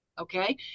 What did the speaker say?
Okay